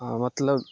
आओर मतलब